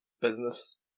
business